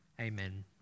amen